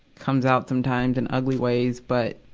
comes out sometimes in ugly ways. but,